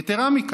יתרה מכך,